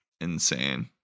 insane